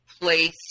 place